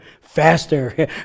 faster